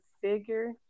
figure